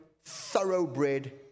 thoroughbred